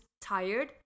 tired